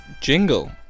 jingle